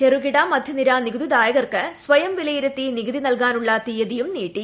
ചെറുകിട മധ്യനിര നികുതിദായകർക്ക് സ്വയം വിലയിരുത്തി നികുതി നൽകാനുള്ള തീയതിയും നീട്ടി